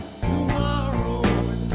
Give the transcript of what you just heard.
Tomorrow